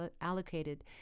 allocated